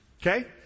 okay